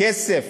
כסף.